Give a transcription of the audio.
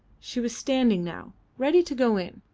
she was standing now, ready to go in,